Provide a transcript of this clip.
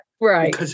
Right